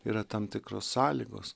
yra tam tikros sąlygos